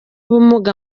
ubumuga